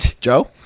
Joe